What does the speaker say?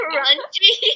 Crunchy